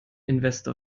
investor